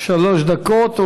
שלוש דקות,